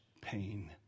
pain